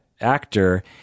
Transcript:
actor